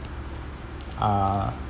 uh